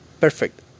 Perfect